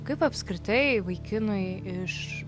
kaip apskritai vaikinui iš